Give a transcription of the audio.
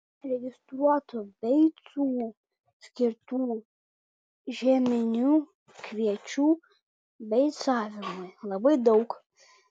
registruotų beicų skirtų žieminių kviečių beicavimui labai daug